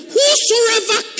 Whosoever